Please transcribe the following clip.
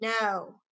no